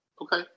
Okay